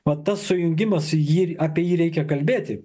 na pats sujungimas į jį apie jį reikia kalbėti